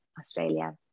Australia